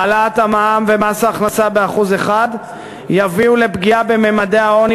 העלאת המע"מ ומס ההכנסה ב-1% יביאו לפגיעה בממדי העוני